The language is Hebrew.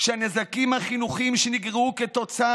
שהנזקים החינוכיים שנגרמו כתוצאה